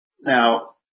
Now